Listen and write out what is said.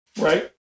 Right